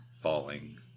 falling